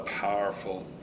powerful